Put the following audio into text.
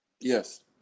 Yes